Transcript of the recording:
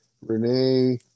renee